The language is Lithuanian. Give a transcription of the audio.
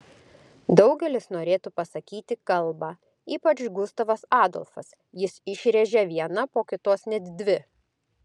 daugelis norėtų pasakyti kalbą ypač gustavas adolfas jis išrėžia vieną po kitos net dvi